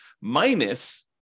minus